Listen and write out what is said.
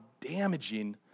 damaging